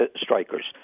strikers